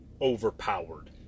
overpowered